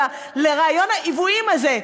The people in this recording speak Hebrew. לרעיון העוועים הזה,